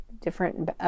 different